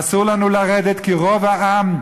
אסור לנו לרדת כי רוב העם,